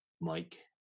Mike